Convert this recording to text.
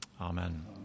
Amen